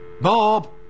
Bob